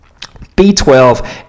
B12